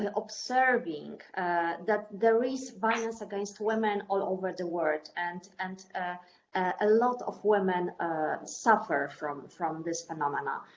and observing that there is violence against women all over the world, and and a lot of women suffer from from this phenomenon.